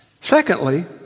Secondly